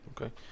okay